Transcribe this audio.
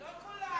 לא כולם.